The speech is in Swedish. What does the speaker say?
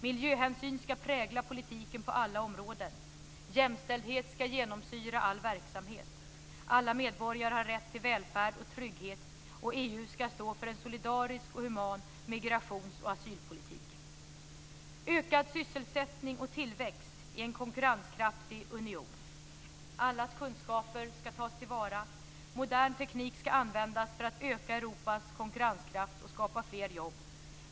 Miljöhänsyn ska prägla politiken på alla områden. Jämställdhet ska genomsyra all verksamhet. Alla medborgare har rätt till välfärd och trygghet. EU ska stå för en solidarisk och human migrationsoch asylpolitik. - ökad sysselsättning och tillväxt i en konkurrenskraftig union. Allas kunskaper ska tas till vara. Modern teknik ska användas för att öka Europas konkurrenskraft och skapa fler jobb.